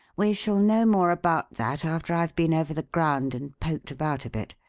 we shall know more about that after i've been over the ground and poked about a bit.